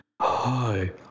Hi